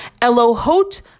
Elohot